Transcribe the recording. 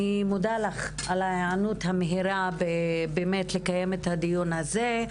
אני מודה לך על ההיענות המהירה לקיים את הדיון הזה.